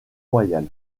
royal